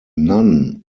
none